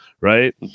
right